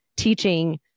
teaching